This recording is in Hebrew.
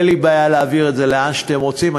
אין לי בעיה להעביר את זה לאן שאתם רוצים,